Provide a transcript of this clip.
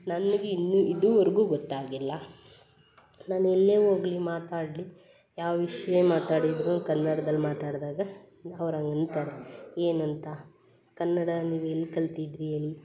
ನನಗೆ ಇನ್ನೂ ಇದುವರ್ಗೂ ಗೊತ್ತಾಗಿಲ್ಲ ನಾನು ಎಲ್ಲಿಯೇ ಹೋಗ್ಲಿ ಮಾತಾಡಲಿ ಯಾವ ವಿಷಯ ಮಾತಾಡಿದ್ರೂ ಕನ್ನಡದಲ್ಲಿ ಮಾತಾಡ್ದಾಗ ಅವ್ರು ಹಂಗೆ ಅಂತಾರೆ ಏನಂತ ಕನ್ನಡ ನೀವು ಎಲ್ಲಿ ಕಲಿತಿದ್ರಿ ಹೇಳಿ